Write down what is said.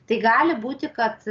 tai gali būti kad